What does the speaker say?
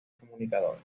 comunicador